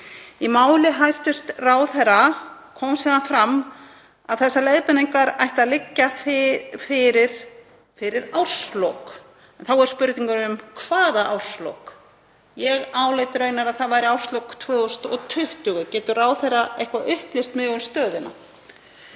Í máli hæstv. ráðherra kom síðan fram að þessar leiðbeiningar ættu að liggja fyrir fyrir árslok. Þá er spurningin: Hvaða árslok? Ég álít raunar að það séu árslok 2020. Getur ráðherra eitthvað upplýst mig um stöðuna?